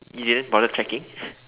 you didn't bother checking